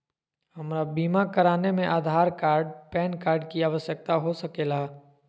हमरा बीमा कराने में आधार कार्ड पैन कार्ड की आवश्यकता हो सके ला?